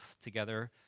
together